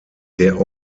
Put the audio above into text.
der